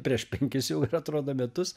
prieš penkis jau ir atrodo metus